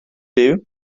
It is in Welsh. byw